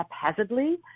haphazardly